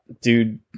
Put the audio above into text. dude